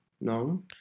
No